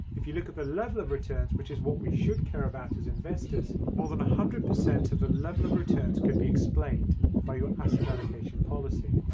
if you look at the level of returns which is what we should care about as investors more than a hundred percent of the level of returns could be explained by your asset allocation policy.